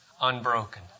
unbroken